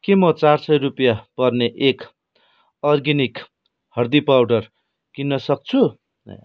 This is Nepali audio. के म चार सय रुपियाँ पर्ने एक अर्ग्यानिक हर्दी पाउडर किन्न सक्छु